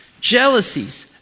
jealousies